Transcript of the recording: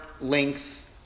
links